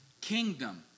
Kingdom